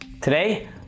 Today